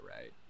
right